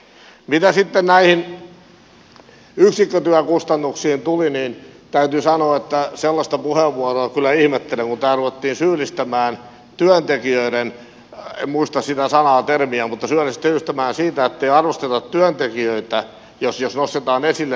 mitä sitten näihin yksikkötyökustannuksiin tulee niin täytyy sanoa että sellaista puheenvuoroa kyllä ihmettelen kun täällä ruvettiin syyllistämään en muista sitä sanaa termiä siitä ettei arvosteta työntekijöitä jos nostetaan esille nämä yksikkötyökustannukset